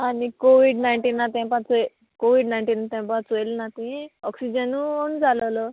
आनी कोवीड नायनटिना तेंपाचेर कोवीड नायनटिना तेंपांचेर चोयलें ना तुवें ऑक्सिजनू ऑन जालोलो